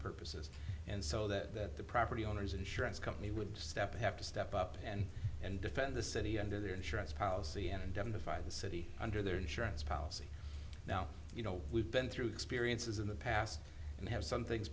purposes and so that the property owner's insurance company would step in have to step up and and defend the city under their insurance policy and indemnify the city under their insurance policy now you know we've been through experiences in the past and have some things